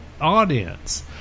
audience